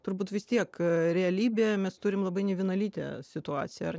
turbūt vis tiek realybėje mes turim labai nevienalytę situaciją ar